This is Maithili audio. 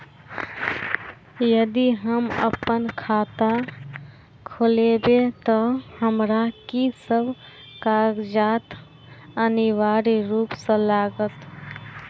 यदि हम अप्पन खाता खोलेबै तऽ हमरा की सब कागजात अनिवार्य रूप सँ लागत?